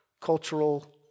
cultural